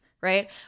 right